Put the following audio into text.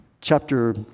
Chapter